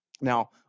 Now